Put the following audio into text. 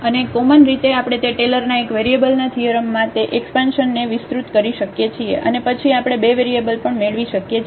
અને કોમન રીતે આપણે તે ટેલરના એક વેરિયેબલના થીઅરમમાં તે એકસપાનષનને વિસ્તૃત કરી શકીએ છીએ અને પછી આપણે બે વેરિયેબલ પણ મેળવી શકીએ છીએ